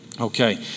Okay